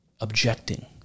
objecting